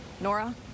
Nora